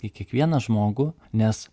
į kiekvieną žmogų nes